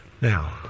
Now